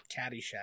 Caddyshack